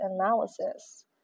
analysis